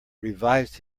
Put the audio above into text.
revised